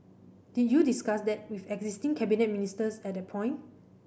did you discuss that with existing cabinet ministers at that point